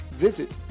Visit